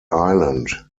island